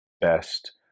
best